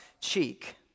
cheek